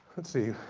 let's see.